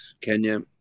Kenya